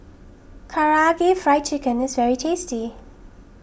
Karaage Fried Chicken is very tasty